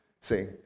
See